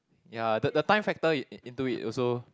ya the the time factor in into it also